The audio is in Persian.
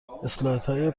اسلایدهای